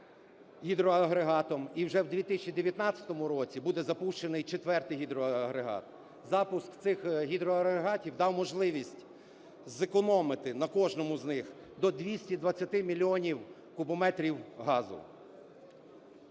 і вже в 2019 році буде запущений четвертий гідроагрегат. Запуск цих гідроагрегатів дав можливість зекономити на кожному з них до 220 мільйонів кубометрів газу.